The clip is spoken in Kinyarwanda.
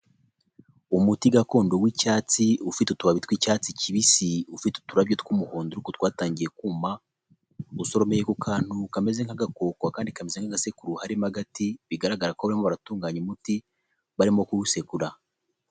Umuti gakondo w'icyatsi ufite utubabi tw'icyatsi kibisi, ufite uturabyo tw'umuhondo ariko ko twatangiye kuma, usoromeye ku kantu kameze nk'agakoko akandi kameze nk'agasekuru harimo agati, bigaragara ko barimo baratunganya umuti barimo kuwusekura.